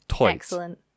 Excellent